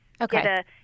Okay